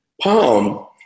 palm